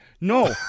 No